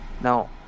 now